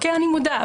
אני מודה,